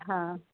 हा